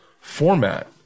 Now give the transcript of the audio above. format